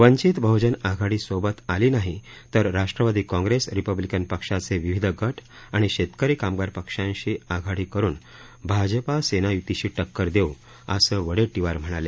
वंचित बहजन आघाडी सोबत आली नाही तर राष्ट्रवादी काँग्रेस रिपब्लिकन पक्षाचे विविध गट आणि शेतकरी कामगार पक्षाशी आघाडी करुन भाजपा सेना युतीशी टक्कर देऊ असं वडेट्टीवार म्हणाले